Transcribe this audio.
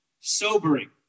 sobering